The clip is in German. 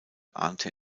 ahnte